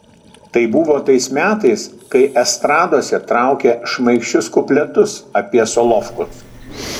tai buvo tais metais kai estradose traukė šmaikščius kupletus apie solovkus